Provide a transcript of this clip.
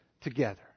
together